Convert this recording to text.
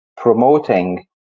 promoting